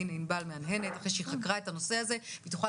ענבל מהנהנת כי היא חקרה את הנושא והיא תוכל